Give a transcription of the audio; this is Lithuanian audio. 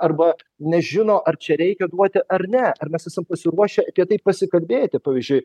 arba nežino ar čia reikia duoti ar ne ar mes esam pasiruošę apie tai pasikalbėti pavyzdžiui